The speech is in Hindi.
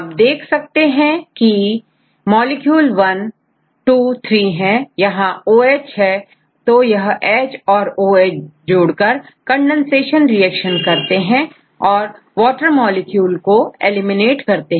आप देख सकते हैं कि मॉलिक्यूल वन 23 है और यहां OH है तो यह H और OH जोड़कर कंडेंसेशन रिएक्शन करते हैं और वॉटर मॉलिक्यूल एलिमिनेट करते हैं